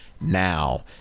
now